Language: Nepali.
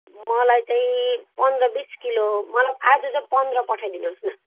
मलाई चाहिँ पन्ध्र बिस किलो मलाई आज चाहिँ पन्ध्र पठाइदिनु होस् न